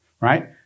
right